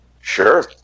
Sure